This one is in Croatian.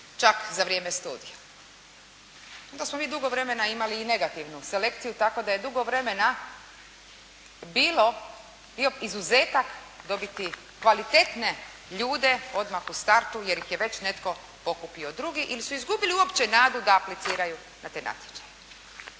čak za vrijeme studija. Onda smo dugo vremena imali i negativnu selekciju, tako da je dugo vremena bio izuzetak dobiti kvalitetne ljude odmah u startu, jer ih je već netko pokupio drugi ili su uopće nadu da apliciraju na te natječaje.